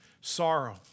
sorrow